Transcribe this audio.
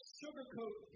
sugarcoat